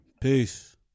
Peace